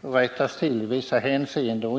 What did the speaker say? förbättras i vissa hänseenden.